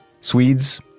Swedes